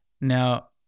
Now